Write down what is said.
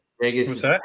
Vegas